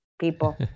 people